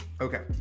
Okay